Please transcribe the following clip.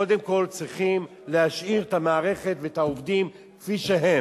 קודם כול צריכים להשאיר את המערכת ואת העובדים כפי שהם.